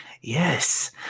yes